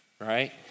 right